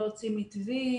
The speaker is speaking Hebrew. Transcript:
לא הוציא מתווים.